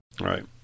Right